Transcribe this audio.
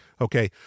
Okay